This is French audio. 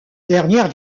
dernière